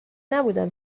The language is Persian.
نبودم